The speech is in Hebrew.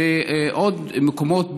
ועוד מקומות,